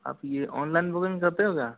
आप ये online booking करते हो क्या